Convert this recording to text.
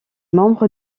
membre